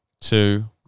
two